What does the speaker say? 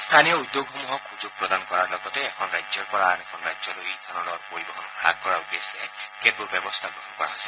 স্থানীয় উদ্যোগসমূহক সুযোগ প্ৰদান কৰাৰ লগতে এখন ৰাজ্যৰ পৰা আন এখন ৰাজ্যলৈ ইথানলৰ পৰিবহণ হ্ৰাস কৰাৰ উদ্দেশ্যে কেতবোৰ ব্যৱস্থা গ্ৰহণ কৰা হৈছে